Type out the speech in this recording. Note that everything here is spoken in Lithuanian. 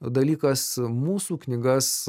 dalykas mūsų knygas